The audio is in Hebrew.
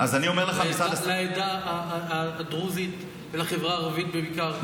לעדה הדרוזית ולחברה הערבית בעיקר.